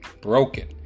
Broken